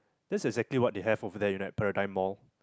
this is exactly what they have at Paradigm Mall